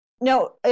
no